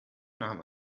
nahm